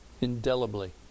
indelibly